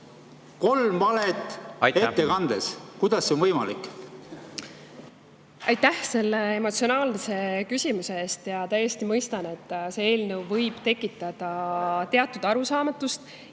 Kolm valet ettekandes – kuidas see on võimalik? Aitäh selle emotsionaalse küsimuse eest! Täiesti mõistan, et see eelnõu võib tekitada teatud arusaamatust.